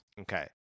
Okay